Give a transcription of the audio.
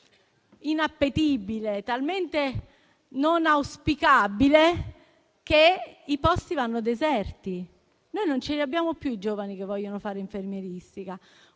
inappetibile e non auspicabile, che i posti vanno deserti. Non abbiamo più giovani che vogliono fare infermieristica.